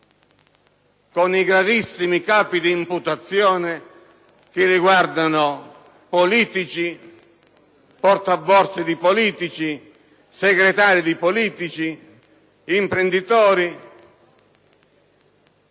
con i gravissimi capi di imputazione che riguardano politici, portaborse di politici, segretari di politici, imprenditori,